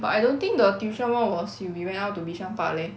but I don't think the tuition [one] was you we went out to bishan park leh